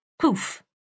poof